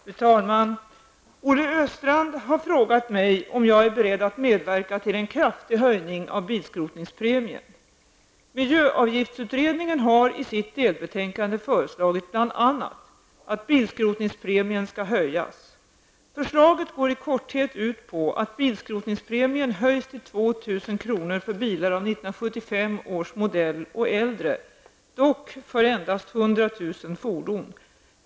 Fru talman! Olle Östrand har frågat mig om jag är beredd att medverka till en kraftig höjning av bilskrotningspremien. föreslagit bl.a. att bilskrotningspremien skall höjas. Förslaget går i korthet ut på att bilskrotningspremien höjs till 2 000 kr. för bilar av 1975 års modell och äldre, dock för endast 100 000 fordon.